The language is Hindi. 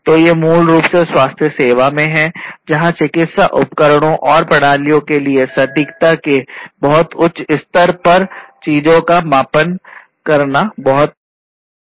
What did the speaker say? तो ये मूल रूप से स्वास्थ्य सेवा में हैं जहां चिकित्सा उपकरणों और प्रणालियों के लिए सटीकता के बहुत उच्च स्तर पर चीजो का मापन करना बहुत महत्वपूर्ण है